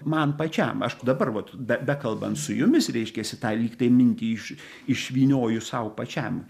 man pačiam aš dabar vat be bekalbant su jumis reiškiasi tą lygtai mintį iš išvynioju sau pačiam